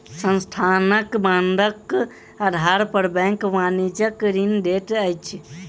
संस्थानक बांडक आधार पर बैंक वाणिज्यक ऋण दैत अछि